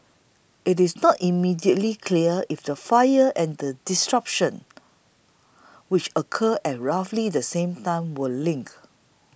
it is not immediately clear if the fire and the disruption which occurred at roughly the same time were linked